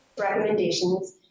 recommendations